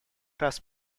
раз